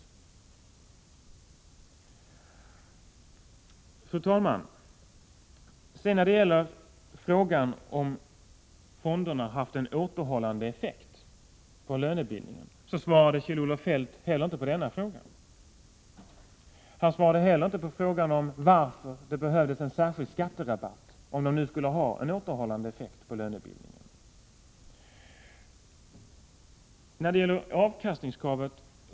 Fru talman! På min fråga om fonderna haft en återhållande effekt på lönebildningen, svarade Kjell-Olof Feldt heller inte. Han svarade inte heller på frågan om varför det behövdes en särskild skatterabatt, om nu fonderna skulle ha en återhållande effekt på lönebildningen.